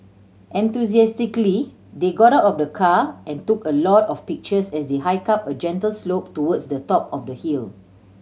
enthusiastically they got out of the car and took a lot of pictures as they hiked up a gentle slope towards the top of the hill